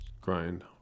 grind